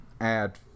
add